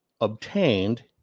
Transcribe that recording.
obtained